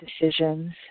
decisions